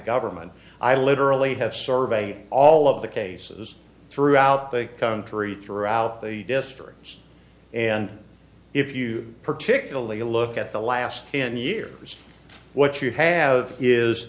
government i literally have surveyed all of the cases throughout the country throughout the history and if you particularly a look at the last ten years what you have is